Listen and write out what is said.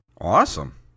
Awesome